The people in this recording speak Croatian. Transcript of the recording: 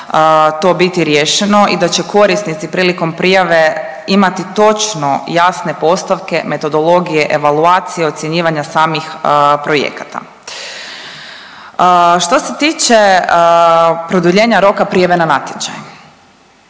to biti riješeno i da će korisnici prilikom prijave imati točno jasne postavke metodologije, evaluacije, ocjenjivanja samih projekata. Što se tiče produljenja roka prijave na natječaj,